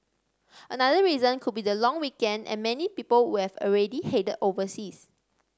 another reason could be the long weekend and many people would have already headed overseas